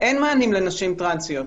אין מענים לנשים טרנסיות.